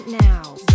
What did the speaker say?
now